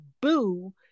boo